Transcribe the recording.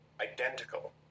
identical